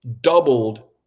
doubled